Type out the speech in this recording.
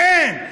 אין.